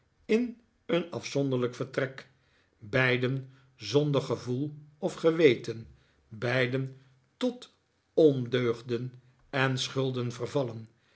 in een afzonderlijk vertrek beiden zonder gevoel of geweten beiden tot ondeugden en schulden vervallen